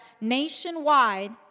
nationwide